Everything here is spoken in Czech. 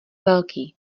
velký